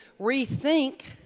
rethink